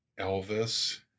Elvis